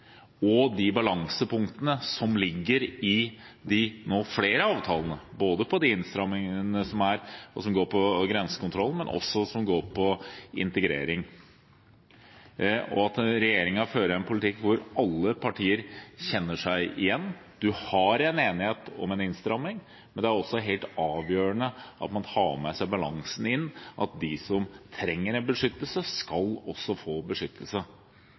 og de balansepunktene som ligger i de, nå flere, avtalene, både innstrammingene og det som går på grensekontrollen, og også det som går på integrering – og at regjeringen fører en politikk hvor alle partier kjenner seg igjen. Man har en enighet om en innstramming, men det er også helt avgjørende at man har med seg den balansen inn at de som trenger beskyttelse, også skal få beskyttelse.